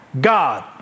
God